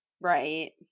right